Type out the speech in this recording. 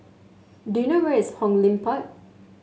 do you know where is Hong Lim Park